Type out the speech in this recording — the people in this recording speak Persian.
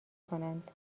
کنند